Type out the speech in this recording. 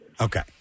Okay